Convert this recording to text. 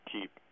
keep